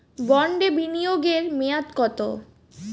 বন্ডে বিনিয়োগ এর মেয়াদ কত?